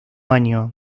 año